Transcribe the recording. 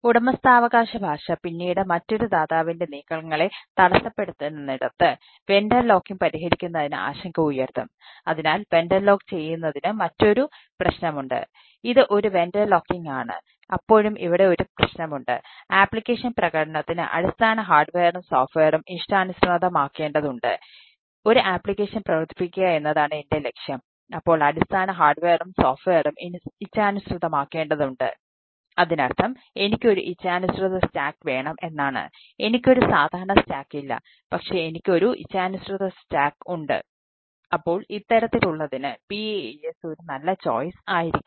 ഉടമസ്ഥാവകാശ ഭാഷ പിന്നീട് മറ്റൊരു ദാതാവിന്റെ നീക്കങ്ങളെ തടസ്സപ്പെടുത്തുന്നിടത്ത് വെണ്ടർ ലോക്കിംഗ് ആയിരിക്കില്ല